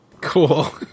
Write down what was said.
Cool